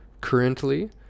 currently